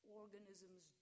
organisms